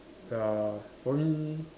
ya for me